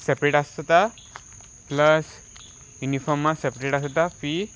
separate आसता plus युनिफॉर्मा separate आसता फी